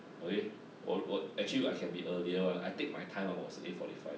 okay 我我 actually I can be earlier [one] I take my time [one] 我是 eight forty five